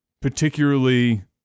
particularly